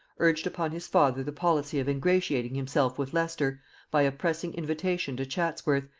urged upon his father the policy of ingratiating himself with leicester by a pressing invitation to chatsworth,